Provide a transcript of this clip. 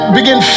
begin